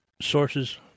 sources